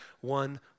One